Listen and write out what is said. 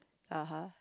(uh huh)